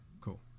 Cool